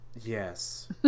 yes